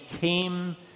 came